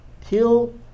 till